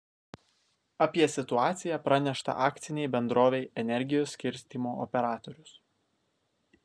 apie situaciją pranešta akcinei bendrovei energijos skirstymo operatorius